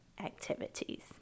activities